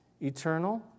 eternal